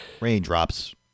Raindrops